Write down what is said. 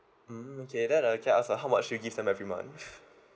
mm okay that uh can I ask uh how much do you give them every month